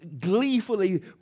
gleefully